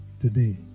today